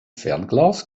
fernglas